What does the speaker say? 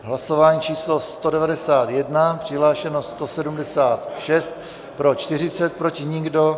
Hlasování číslo 191, přihlášeno je 176, pro 40, proti nikdo.